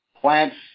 Plants